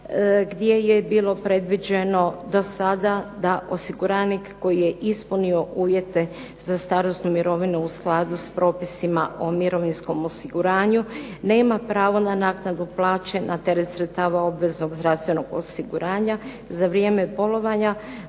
gdje je bilo predviđeno do sada da osiguranik koji je ispunio uvjete za starosnu mirovinu u skladu s propisima o mirovinskom osiguranju, nema pravo na naknadu plaće na teret sredstava obveznog zdravstvenog osiguranja za vrijeme bolovanja,